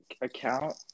account